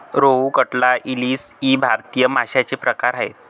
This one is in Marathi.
रोहू, कटला, इलीस इ भारतीय माशांचे प्रकार आहेत